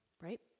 right